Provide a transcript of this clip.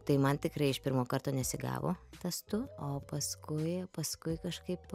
tai man tikrai iš pirmo karto nesigavo tas tu o paskui paskui kažkaip